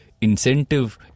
incentive